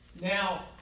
Now